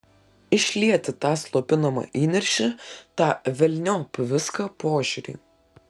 išlieti tą slopinamą įniršį tą velniop viską požiūrį